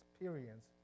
Experience